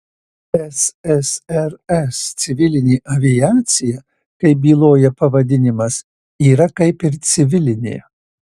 ssrs civilinė aviacija kaip byloja pavadinimas yra kaip ir civilinė